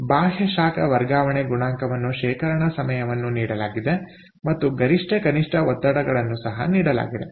ಆದ್ದರಿಂದ ಬಾಹ್ಯ ಶಾಖ ವರ್ಗಾವಣೆ ಗುಣಾಂಕವನ್ನು ಶೇಖರಣಾ ಸಮಯವನ್ನು ನೀಡಲಾಗಿದೆ ಮತ್ತು ಗರಿಷ್ಠ ಕನಿಷ್ಠ ಒತ್ತಡಗಳನ್ನು ಸಹ ನೀಡಲಾಗಿದೆ